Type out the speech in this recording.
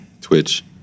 Twitch